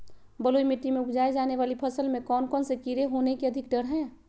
बलुई मिट्टी में उपजाय जाने वाली फसल में कौन कौन से कीड़े होने के अधिक डर हैं?